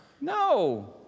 No